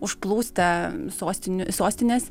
užplūsta sostinių sostines